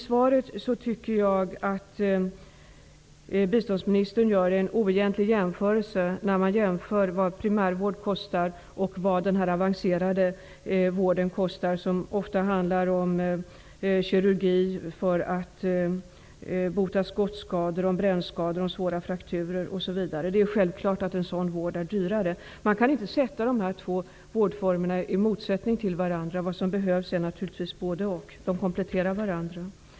Jag tycker att biståndsministern i svaret gör en oegentlig jämförelse när kostnaden för primärvård jämförs med kostnaden för den avancerade vård som ofta handlar om kirurgi för att bota människor med skottskador, brännskador, svåra frakturer osv. Det är självklart att sådan vård är dyrare. Man kan inte sätta dessa två vårdformer mot varandra. Naturligtvis behövs både-och. De kompletterar varandra.